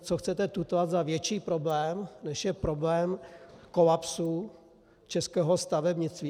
Co chcete tutlat za větší problém, než je problém kolapsu českého stavebnictví?